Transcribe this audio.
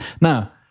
Now